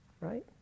right